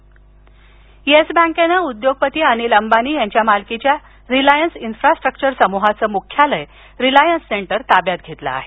Reliance ताबा येस बँकेनं उद्योगपती अनिल अंबानी यांच्या मालकीच्या रिलायन्स इन्फ्रास्ट्रक्चर समूहाचं मुख्यालय रिलायन्स सेंटर ताब्यात घेतलं आहे